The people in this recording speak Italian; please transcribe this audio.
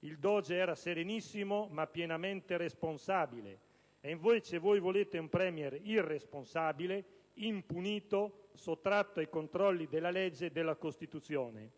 Il Doge era serenissimo, ma pienamente responsabile. Invece voi volete un *Premier* irresponsabile, impunito, sottratto ai controlli della legge e della Costituzione.